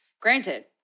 Granted